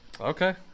Okay